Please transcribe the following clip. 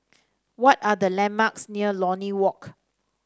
what are the landmarks near Lornie Walk